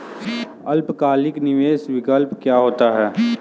अल्पकालिक निवेश विकल्प क्या होता है?